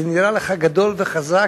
זה נראה לך גדול וחזק,